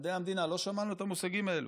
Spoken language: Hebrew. מדעי המדינה, לא שמענו את המושגים האלה.